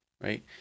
right